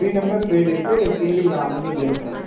three members ladies single நான் வந்து gents ma'am